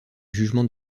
jugement